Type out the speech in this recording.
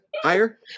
higher